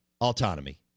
autonomy